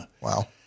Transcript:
Wow